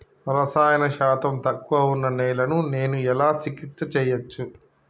రసాయన శాతం తక్కువ ఉన్న నేలను నేను ఎలా చికిత్స చేయచ్చు?